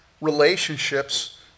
relationships